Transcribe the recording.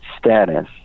status